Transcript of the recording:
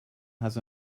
has